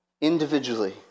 individually